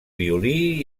violí